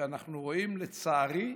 שאנחנו רואים, לצערי,